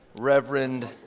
Reverend